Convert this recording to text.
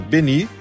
Benny